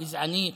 גזענית,